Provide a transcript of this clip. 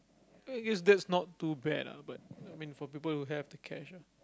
eh it's that's not too bad ah but I mean for people who have the cash ah